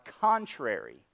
contrary